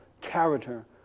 character